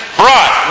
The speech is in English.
brought